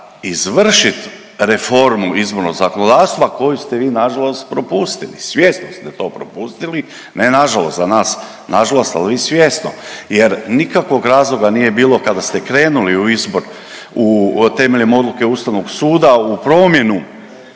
izvršit reformu izbornog zakonodavstva koju ste vi na žalost propustili, svjesno ste to propustili. Ne na žalost za nas na žalost, ali vi svjesno. Jer nikakvog razloga nije bilo kada ste krenuli temeljem odluke Ustavnog suda u promjenu